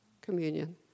communion